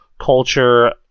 Culture